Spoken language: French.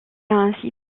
ainsi